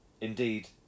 indeed